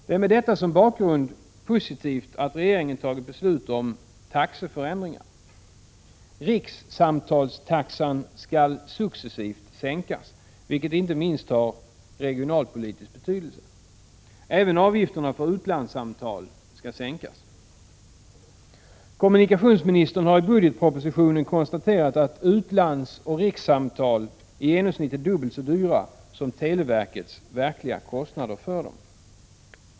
Mot denna bakgrund är det positivt att regeringen fattat beslut om taxeförändringar. Rikssamtalstaxorna skall successivt sänkas, vilket inte minst har regionalpolitisk betydelse. Även avgifterna för utlandssamtal skall sänkas. Kommunikationsministern har i budgetpropositionen konstaterat att utlandsoch rikssamtalen är i genomsnitt dubbelt så dyra som televerkets kostnader för dessa.